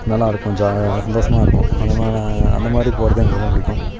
நல்லா இருக்கும் ஜா சந்தோஷமா இருக்கும் அதை அந்த மாதிரி போவது எனக்கு ரொம்பப் பிடிக்கும்